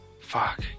Fuck